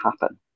happen